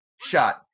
shot